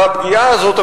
והפגיעה הזאת,